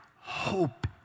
hope